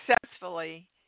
successfully